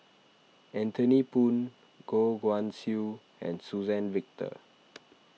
Anthony Poon Goh Guan Siew and Suzann Victor